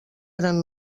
eren